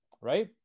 right